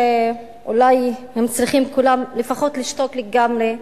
שאולי הם צריכים כולם לפחות לשתוק לגמרי,